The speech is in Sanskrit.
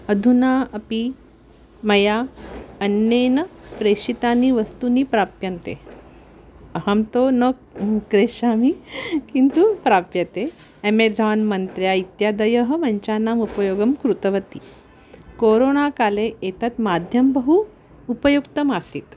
अधुना अपि मया अन्यैः प्रेषितानि वस्तूनि प्राप्यन्ते अहं तु न क्रीणामि किन्तु प्राप्यते अमेजान् मन्त्र्या इत्यादयः मञ्चानाम् उपयोगं कृतवती कोरोना काले एतत् माध्यं बहु उपयुक्तमासीत्